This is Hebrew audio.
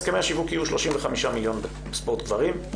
הסכמי השיווק יהיו 35 מיליון ספורט גברים,